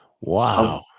Wow